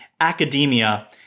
academia